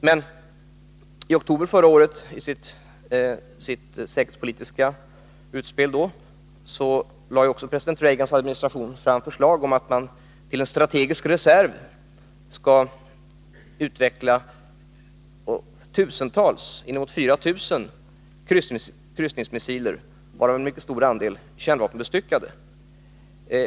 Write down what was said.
Men i oktober förra året lade president Reagans administration i sitt säkerhetspolitiska utspel fram förslag om att man till en strategisk reserv skulle utveckla inemot 4 000 kryssningsmissiler, varav en mycket stor andel kärnvapenbestyckade.